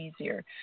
easier